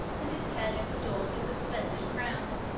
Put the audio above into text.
and his head was adorned with a splendid crown.